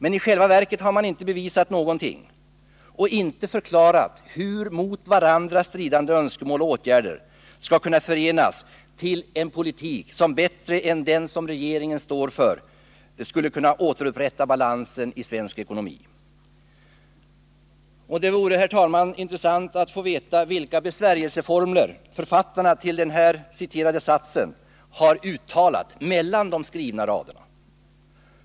I själva verket har man inte bevisat någonting och inte förklarat hur mot varandra stridande önskemål och åtgärder skall kunna förenas till en politik som bättre än den som regeringen står för skulle kunna återupprätta balansen i Sveriges ekonomi. Det vore intressant att få veta vilka besvärjelseformler författarna har uttalat mellan de skrivna raderna.